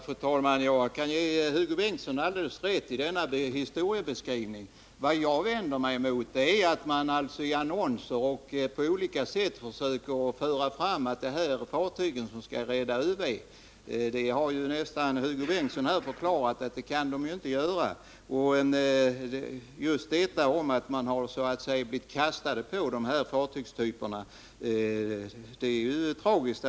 Fru talman! Jag kan ge Hugo Bengtsson alldeles rätt när det gäller denna historiebeskrivning. Vad jag vänder mig emot är att man i annonser och på annat sätt försöker ge ett intryck av att det är fartygen som skall rädda Öresundsvarvet. Hugo Bengtsson har ju här nästan förklarat att de inte kan Nr 164 göra det. Att den här fartygstypen så att säga har kastats på varvet är tragiskt.